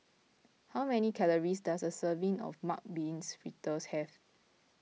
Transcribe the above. how many calories does a serving of Mung Beans Fritters have